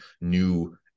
new